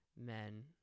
men